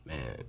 Man